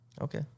Okay